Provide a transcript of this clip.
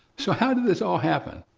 so how did this all happen?